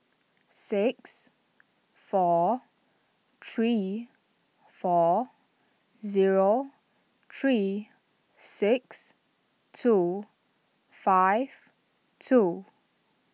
six four three four zero three six two five two